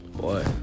boy